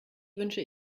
wünsche